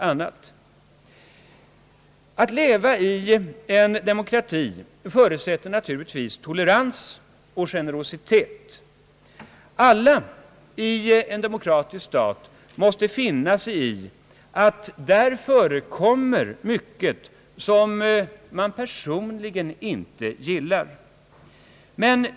Att leva i en demokrati förutsätter tolerans och generositet. Alla i en demokratisk stat måste finna sig i att där förekommer mycket som man personligen inte gillar.